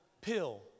pill